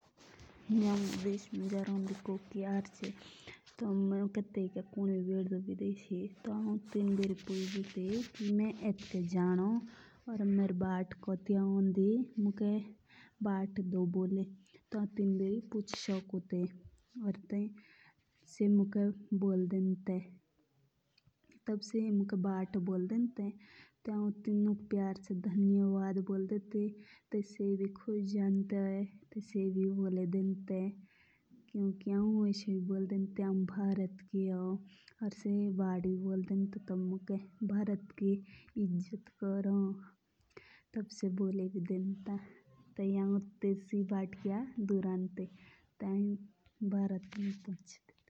जे हउन विडेस रोंडी ती हरची तो मुके तेयिके कुन भी भेटदो तो हउन टेटसे पुछदी ती रस्ता। कि मेरे एतके जानो हौं एतको का हो मेय कोटकियाक जानो तेई सो रा स्टा बोल डेंडा ता या तेई है तेतकियाक दो आंदी ती।